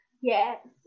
Yes